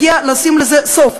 הגיע הזמן לשים לזה סוף.